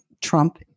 Trump